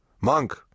Monk